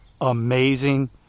amazing